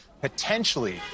potentially